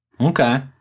okay